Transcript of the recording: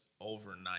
overnight